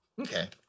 Okay